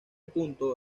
punto